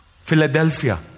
Philadelphia